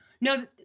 No